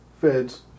Feds